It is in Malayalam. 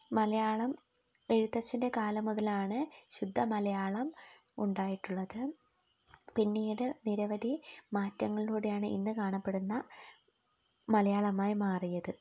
മലയാളം എഴുത്തച്ഛന്റെ കാലം മുതലാണ് ശുദ്ധമലയാളം ഉണ്ടായിട്ടുള്ളത് പിന്നീട് നിരവധി മാറ്റങ്ങളിലൂടെയാണ് ഇന്ന് കാണപ്പെടുന്ന മലയാളമായി മാറിയത്